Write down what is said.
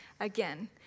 Again